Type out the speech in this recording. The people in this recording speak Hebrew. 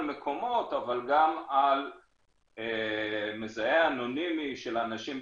מקומות אבל גם על מזהה אנונימי של אנשים,